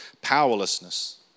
Powerlessness